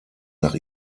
nach